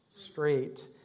Straight